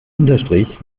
unterstrich